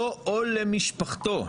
לו או למשפחתו,